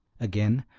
again,